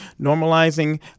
normalizing